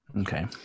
Okay